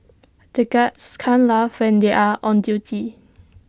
the guards can't laugh when they are on duty